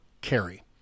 carry